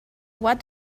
what